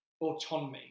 autonomy